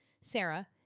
Sarah